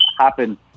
happen